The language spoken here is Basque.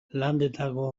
landetako